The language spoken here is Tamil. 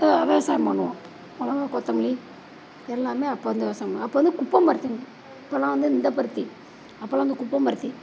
விவசாயம் பண்ணுவோம் மிளகா கொத்தமல்லி எல்லாம் அப்போ வந்த விவசாயம் தான் அப்போ வந்து குப்பம் பருத்திங்க இப்போல்லாம் வந்து இந்த பருத்தி அப்போல்லாம் அந்த குப்பம் பருத்தி